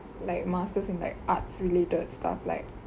like masters in like arts related stuff like